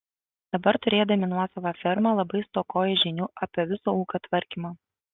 dabar turėdami nuosavą fermą labai stokoja žinių apie viso ūkio tvarkymą